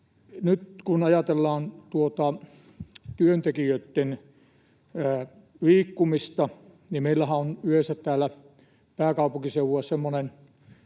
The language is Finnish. Nyt kun ajatellaan työntekijöitten liikkumista, niin meillähän on yleensä täällä pääkaupunkiseudulla semmoinen